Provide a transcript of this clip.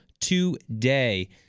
today